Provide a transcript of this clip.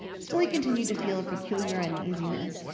still, he continued to feel a peculiar uneasiness,